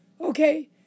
Okay